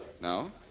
No